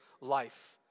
life